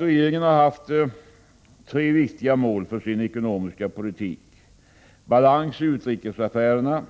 Regeringen har ju haft tre viktiga mål för sin ekonomiska politik: balans i utrikesaffärerna,